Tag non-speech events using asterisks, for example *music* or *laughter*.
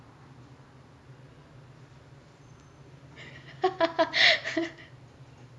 *laughs*